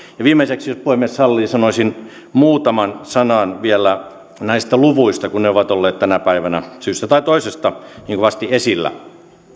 ja viimeiseksi jos puhemies sallii sanoisin muutaman sanan vielä näistä luvuista kun ne ovat olleet tänä päivänä syystä tai toisesta niin kovasti esillä